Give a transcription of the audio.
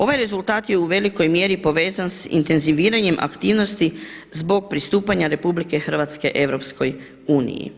Ovaj rezultat je u velikoj mjeri povezan sa intenziviranjem aktivnosti zbog pristupanja RH EU.